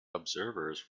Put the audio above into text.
observers